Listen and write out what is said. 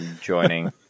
Joining